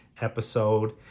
episode